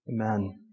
Amen